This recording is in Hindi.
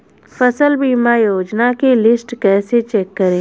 फसल बीमा योजना की लिस्ट कैसे चेक करें?